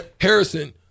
Harrison